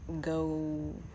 go